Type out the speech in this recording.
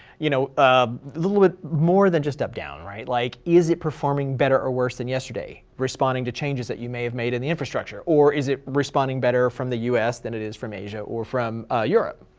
you know ah little bit more than just up, down, right? like is it performing better or worse than yesterday? responding to changes that you may have made in the infrastructure, or is it responding better from the us than it is from asia or from ah europe?